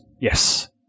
Yes